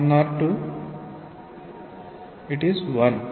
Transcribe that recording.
1 లేదా 2